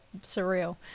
surreal